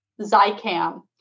Zycam